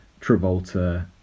travolta